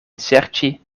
serĉi